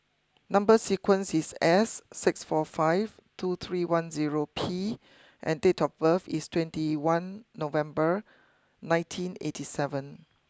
number sequence is S six four five two three one zero P and date of birth is twenty one November nineteen eighty seven